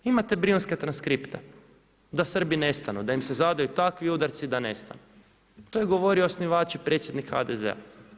Imate brijunske transkripte da Srbi nestanu, da im se zadaju takvi udarci da nestanu, to je govorio osnivač i predsjednik HDZ-a.